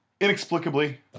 Inexplicably